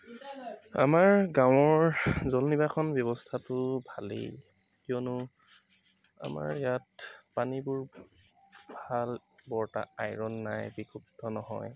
আমাৰ গাঁৱৰ জল নিৰ্বাসন ব্যৱস্থাটো ভালেই কিয়নো আমাৰ ইয়াত পানীবোৰ ভাল বৰ এটা আইৰণ নাই বিশুদ্ধ নহয়